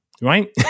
right